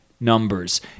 numbers